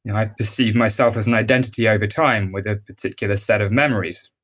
and i perceive myself as an identity over time with a particular set of memories.